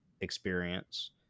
experience